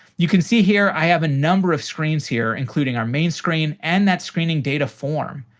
you can see here, i have a number of screens here including our main screen and that screening data form.